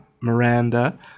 Miranda